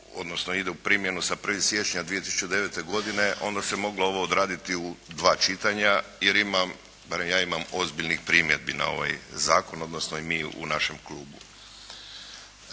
odnosno ide u primjenu sa 1. siječnja 2009. godine, onda se moglo ovo odraditi u 2 čitanja jer imam, barem ja imam ozbiljnih primjedbi na ovaj zakon, odnosno i mi u našem klubu.